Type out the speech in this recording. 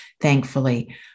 thankfully